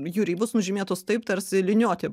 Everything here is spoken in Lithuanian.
jų ribos nužymėtos taip tarsi liniuote